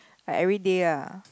like everyday lah